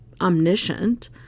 omniscient